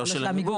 לא של עמיגור,